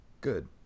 good